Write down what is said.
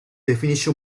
definisce